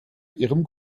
ihrem